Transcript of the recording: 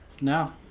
No